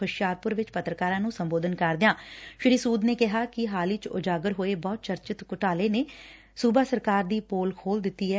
ਹੁਸ਼ਿਆਰਪੁਰ ਚ ਪੱਤਰਕਾਰ ਨੂੰ ਸੰਬੋਧਨ ਕਰਦਿਆਂ ਸ੍ਸੀ ਸੁਦ ਨੇ ਕਿਹਾ ਕਿ ਹਾਲਹੀ ਚ ਉਜਾਗਰ ਹੋਏ ਬਹੁ ਚਰਚਿੱਤ ਘੁਟਾਲੇ ਨੇ ਰਾਜ ਸਰਕਾਰ ਦੀ ਪੋਲ ਖੋਲੂ ਦਿੱਤੀ ਏ